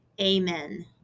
Amen